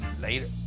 Later